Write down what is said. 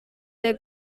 der